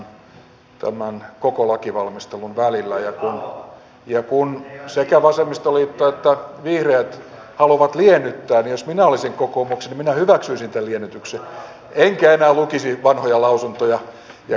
sitten minun on todettava myöskin että jokainen meistä jo nyt tietää myös me sosialidemokraatit että ensi vuodelle määrätyt varat tämän kotouttamisen hoitamiseen ovat aivan liian pienet